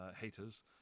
haters